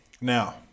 now